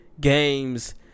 Games